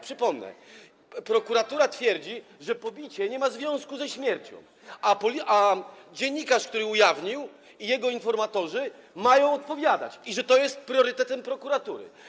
Przypomnę, że prokuratura twierdzi, że pobicie nie ma związku ze śmiercią, a dziennikarz, który to ujawnił, i jego informatorzy mają odpowiadać, i że to jest priorytetem prokuratury.